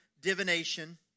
divination